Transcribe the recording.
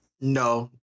no